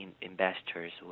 investors